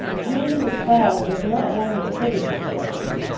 julia cloud was not one to pity herself.